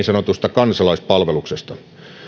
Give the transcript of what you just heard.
sanotusta kansalaispalveluksesta